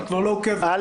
אני כבר לא עוקב אחר